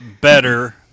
better